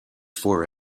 four